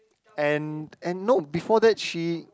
and and no before that she